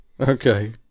Okay